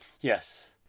Yes